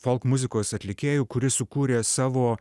folk muzikos atlikėjų kuri sukūrė savo